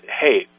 hey